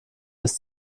bis